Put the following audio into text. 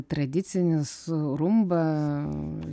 tradicinis rumba